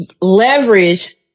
leverage